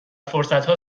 فرصتها